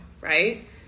right